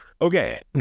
Okay